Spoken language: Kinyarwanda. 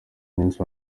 nyinshi